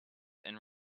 and